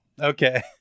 Okay